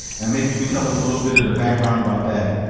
and maybe you can tell us a little bit of the background about that?